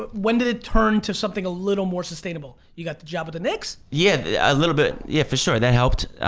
but when did it turn to something a little more sustainable, you got the job at the knicks? yeah a little bit, yeah for sure that helped.